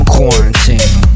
Quarantine